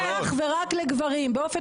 בכל מקום בשירות הציבורי לפנות לגברים בלבד.